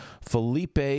Felipe